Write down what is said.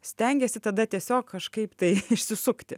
stengėsi tada tiesiog kažkaip tai išsisukti